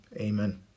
amen